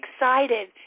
excited